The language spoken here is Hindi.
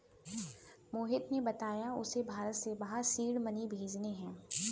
मोहिश ने बताया कि उसे भारत से बाहर सीड मनी भेजने हैं